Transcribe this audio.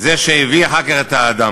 בעצם זה שהביא אחר כך את האדם.